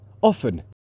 often